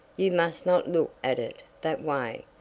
you must not look at it that way.